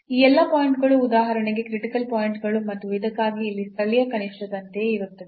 ಈ ಎಲ್ಲಾ ಪಾಯಿಂಟ್ ಗಳು ಉದಾಹರಣೆಗೆ ಕ್ರಿಟಿಕಲ್ ಪಾಯಿಂಟ್ ಗಳು ಮತ್ತು ಇದಕ್ಕಾಗಿ ಇಲ್ಲಿ ಸ್ಥಳೀಯ ಕನಿಷ್ಠದಂತೆಯೇ ಇರುತ್ತದೆ